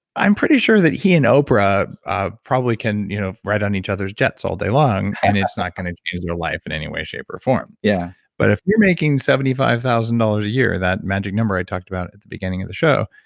i'm pretty sure that he and oprah ah probably can you know ride on each other's jets all day long and it's not going to their life in any way, shape or form. yeah but if you're making seventy five thousand dollars a year, that magic number i talked about at the beginning of the show,